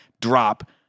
drop